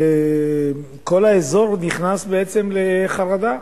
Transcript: וכל האזור נכנס בעצם לחרדה,